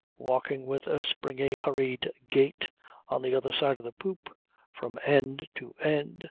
walking with a springy hurried gait on the other side of the poop from end to end,